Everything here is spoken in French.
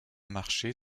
marché